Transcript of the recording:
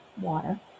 water